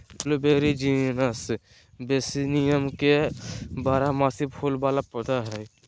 blueberry genus Vaccinium के बारहमासी फूल वला पौधा हइ